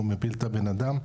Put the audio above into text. הוא מפיל את הבן אדם.